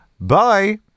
bye